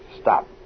Stop